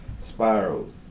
spiraled